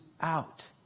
out